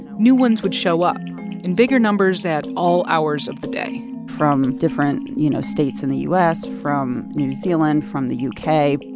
new ones would show up in bigger numbers at all hours of the day from different, you know, states in the u s, from new zealand, from the u k.